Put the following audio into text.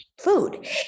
food